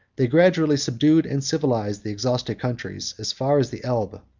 they gradually subdued, and civilized, the exhausted countries, as far as the elbe,